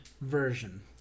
version